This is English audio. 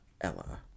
Ella